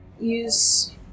use